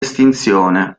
estinzione